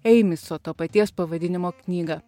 eimiso to paties pavadinimo knygą